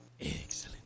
Excellent